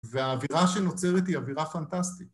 ‫והאווירה שנוצרת היא אווירה פנטסטית.